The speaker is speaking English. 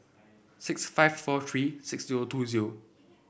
six five four three six zero two zero